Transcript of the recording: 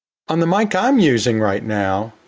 on the mic i'm using right now,